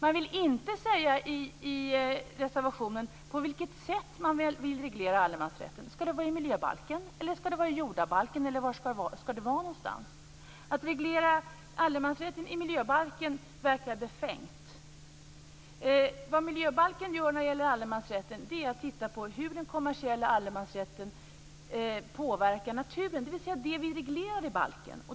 Man vill inte i reservationen säga på vilket sätt man vill reglera allemansrätten. Skall det vara i miljöbalken eller skall det vara i jordabalken? Var skall det vara någonstans? Att reglera allemansrätten i miljöbalken verkar befängt. Vad miljöbalken gör när det gäller allemansrätten är att titta på hur den kommersiella allemansrätten påverkar naturen, dvs. det som vi reglerar i balken.